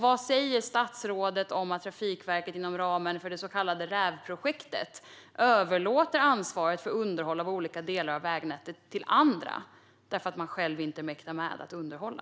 Vad säger statsrådet om att Trafikverket inom ramen för det så kallade RÄV-projektet överlåter ansvaret för olika delar av vägnätet till andra därför att det själv inte mäktar med att underhålla?